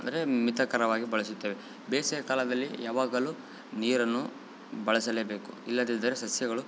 ಅಂದರೆ ಮಿತಕರವಾಗಿ ಬಳಸುತ್ತೇವೆ ಬೇಸಿಗೆ ಕಾಲದಲ್ಲಿ ಯಾವಾಗಲು ನೀರನ್ನು ಬಳಸಲೇ ಬೇಕು ಇಲ್ಲದಿದ್ದರೆ ಸಸ್ಯಗಳು